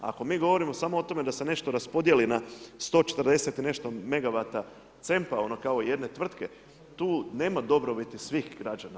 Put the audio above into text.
Ako mi govorimo samo o tome da se nešto raspodijeli na 140 i nešto megavata C.E.M.P-a ono kao jedne tvrtke, tu nema dobrobiti svih građana.